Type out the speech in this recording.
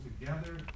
together